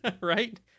Right